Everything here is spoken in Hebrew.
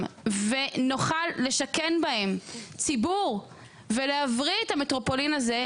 ונוכל לשכן בהן ציבור ולהבריא את המטרופולין הזה,